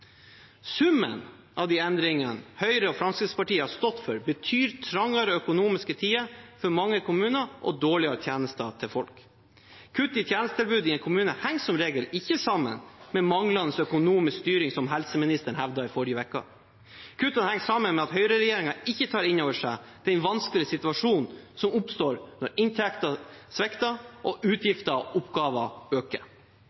Summen av de endringene Høyre og Fremskrittspartiet har stått for, betyr trangere økonomiske tider for mange kommuner og dårligere tjenester til folk. Kutt i tjenestetilbud i en kommune henger som regel ikke sammen med manglende økonomisk styring, som helseministeren hevdet i forrige uke. Kuttet henger sammen med at høyreregjeringen ikke tar inn over seg den vanskelige situasjonen som oppstår når inntekter svikter og